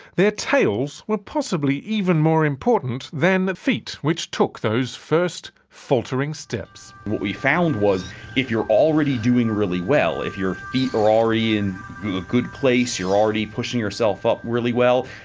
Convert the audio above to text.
their tails were possibly even more important than the feet which took those first faltering steps. what we found was if you're already doing really well, if your feet are already in a good place, you're already pushing yourself up really well,